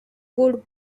would